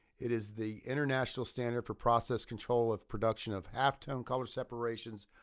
it is the international standard for process control of production of halftone color separations,